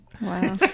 Wow